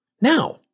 Now